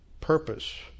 purpose